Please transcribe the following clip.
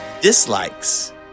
dislikes